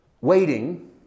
waiting